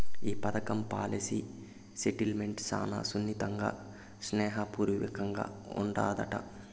ఈ పదకం policy settlement శానా సున్నితంగా, స్నేహ పూర్వకంగా ఉండాదట